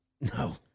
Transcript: No